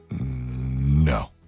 no